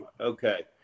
Okay